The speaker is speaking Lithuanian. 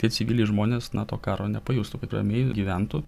tie civiliai žmonės na to karo nepajustų kad ramiai gyventų